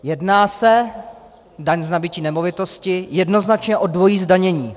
Jedná se daň z nabytí nemovitosti jednoznačně o dvojí zdanění.